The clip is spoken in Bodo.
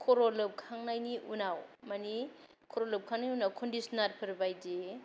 खर' लोबखांनायनि उनाव मानि खर' लोबखांनायनि उनाव कन्दिस्नारफोर बायदि